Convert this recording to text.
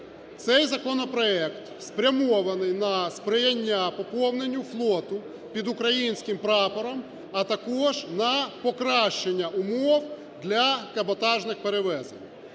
Цей законопроект спрямований на сприяння поповненню флоту під українським прапором, а також на покращення умов для каботажних перевезень.